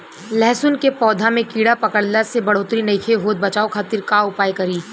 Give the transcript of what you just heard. लहसुन के पौधा में कीड़ा पकड़ला से बढ़ोतरी नईखे होत बचाव खातिर का उपाय करी?